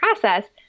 process